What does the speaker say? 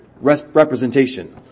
representation